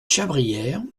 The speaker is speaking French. chabrière